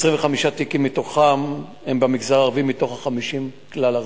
מתוך 50 בכלל הארץ.